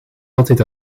altijd